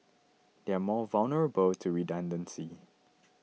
they are more vulnerable to redundancy